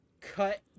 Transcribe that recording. cut